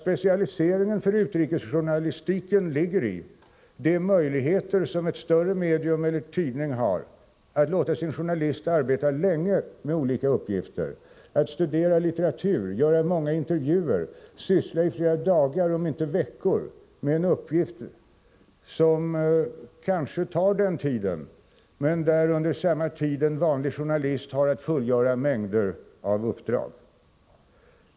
Specialiseringen för utrikesjournalistiken ligger i de möjligheter som ett större medium eller en större tidning har att låta sin utrikesjournalist arbeta länge med olika uppgifter, att studera litteratur, göra många intervjuer, syssla i flera dagar om inte veckor med en enda uppgift, som kanske tar den tiden. Under samma tid har en vanlig journalist att fullgöra mängder av uppdrag.